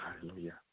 Hallelujah